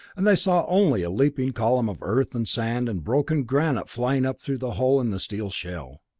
and they saw only a leaping column of earth and sand and broken granite flying up through the hole in the steel shell.